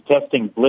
testing